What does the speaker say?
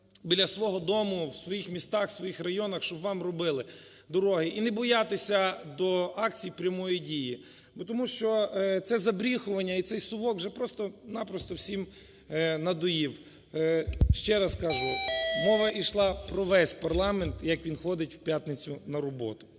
біля свого дому, в своїх містах, в своїх районах, щоб вам робили дороги і не боятися до акції прямої дії. Бо тому що цезабріхування і цей совок вже просто-на-просто всім надоїв. Ще раз кажу, мова йшла про весь парламент і як він ходить в п'ятницю на роботу.